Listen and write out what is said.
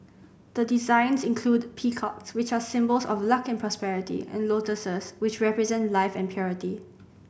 the designs include peacocks which are symbols of luck and prosperity and lotuses which represent life and purity